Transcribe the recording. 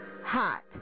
hot